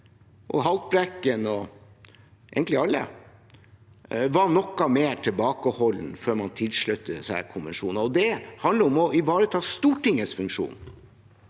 og Haltbrekken, og egentlig alle, var noe mer tilbakeholdne før en sluttet seg til konvensjoner. Det handler om å ivareta Stortingets funksjon,